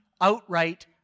outright